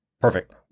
Perfect